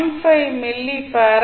5 milli ஃபாரட்கள்